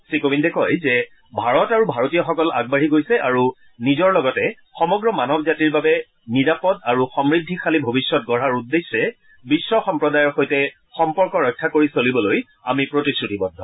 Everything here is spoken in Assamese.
শ্ৰীকোবিন্দে কয় যে ভাৰত আৰু ভাৰতীয়সকল আগবাঢ়ি গৈছে আৰু নিজৰ লগতে সমগ্ৰ মানৱ জাতিৰ বাবে নিৰাপদ আৰু সমূদ্ধিশালী ভৱিষ্যত গঢ়াৰ উদ্দেশ্যে বিশ্ব সম্প্ৰদায়ৰ সৈতে সম্পৰ্ক ৰক্ষা কৰি চলিবলৈ আমি প্ৰতিশ্ৰুতিবদ্ধ